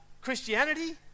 Christianity